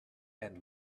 and